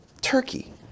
Turkey